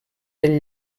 del